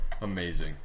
Amazing